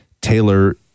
Taylor